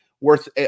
worth